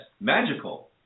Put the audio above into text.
magical